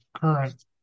current